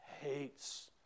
hates